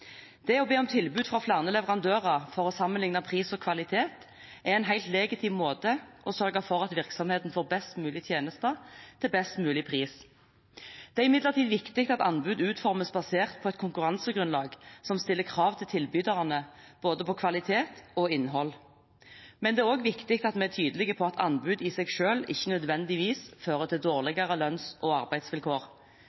Det å be om tilbud fra flere leverandører for å sammenligne pris og kvalitet er en helt legitim måte å sørge for at virksomheten får best mulig tjenester til best mulig pris på. Det er imidlertid viktig at anbud utformes basert på et konkurransegrunnlag som stiller krav til tilbyderne på både kvalitet og innhold. Men det er også viktig at vi er tydelige på at anbud i seg selv ikke nødvendigvis fører til